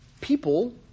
people